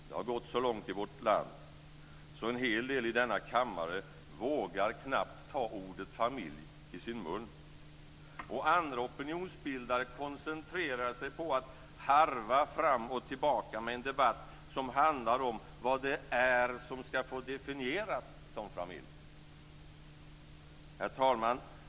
Det har gått så långt i vårt land så att en hel del i denna kammare knappast vågar ta ordet familj i sin mun. Och andra opinionsbildare koncentrerar sig på att harva fram och tillbaka med en debatt som handlar om vad det är som ska få definieras som familj. Herr talman!